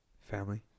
Family